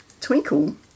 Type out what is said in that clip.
Twinkle